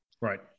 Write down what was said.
Right